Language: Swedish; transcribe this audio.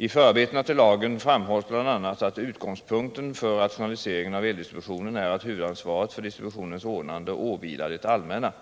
I förarbetena till lagen framhålls bl.a. att utgångspunkten för rationaliseringen av eldistributionen är att huvudansvaret för distributionens ordnande åvilar det allmänna.